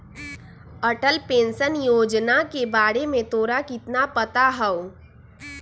Atal pension Yojana के बारे में तोरा कितना पता हाउ?